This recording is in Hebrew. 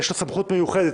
יש לו סמכות מיוחדת,